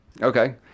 Okay